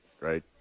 right